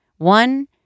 One